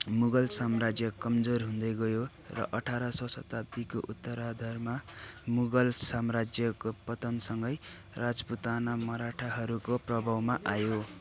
मुगल साम्राज्य कमजोर हुँदै गयो र अठार सय शताब्दीको उत्तराधारमा मुगल साम्राज्यको पतनसँगै राजपुताना मराठाहरूको प्रभावमा आयो